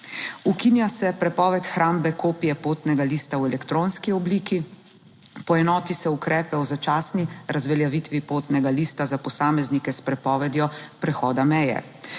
Ukinja se prepoved hrambe kopije potnega lista v elektronski obliki. Poenoti se ukrepe o začasni razveljavitvi potnega lista za posameznike s prepovedjo prehoda meje.